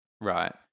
Right